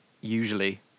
usually